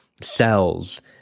cells